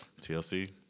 TLC